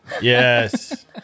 Yes